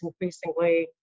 increasingly